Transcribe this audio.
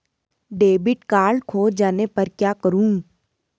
Debit card खो जाने पर क्या करूँ?